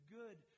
good